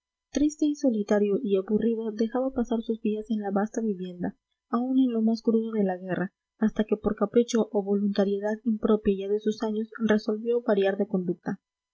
triste y solitario y aburrido dejaba pasar sus días en la vasta vivienda aun en lo más crudo de la guerra hasta que por capricho o voluntariedad impropia ya de sus años resolvió variar de conducta